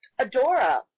Adora